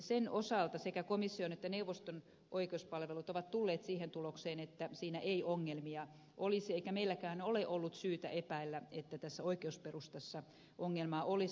sen osalta sekä komission että neuvoston oikeuspalvelut ovat tulleet siihen tulokseen että siinä ei ongelmia olisi eikä meilläkään ole ollut syytä epäillä että tässä oikeusperustassa ongelmaa olisi